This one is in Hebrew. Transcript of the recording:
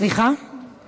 בין